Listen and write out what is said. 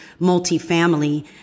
multifamily